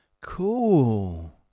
cool